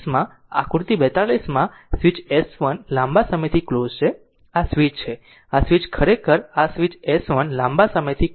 તેથી આકૃતિ 42 માં સ્વીચ S 1 લાંબા સમયથી ક્લોઝ છે આ સ્વીચ છે આ સ્વીચ ખરેખર આ સ્વીચ S 1લાંબા સમયથી ક્લોઝ હતી